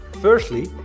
Firstly